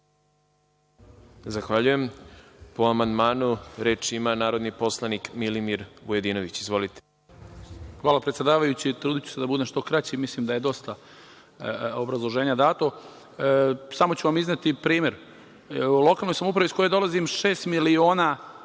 Zahvaljujem. Po amandmanu, reč ima narodni poslanik Milimir Vujadinović. Izvolite. **Milimir Vujadinović** Hvala, predsedavajući. Trudiću se da budem što kraći, mislim da je dosta obrazloženja dato. Samo ću vam izneti primer. Lokalnoj samoupravi iz koje dolazim šest miliona